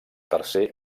tercer